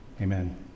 amen